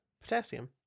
potassium